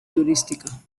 turística